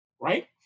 right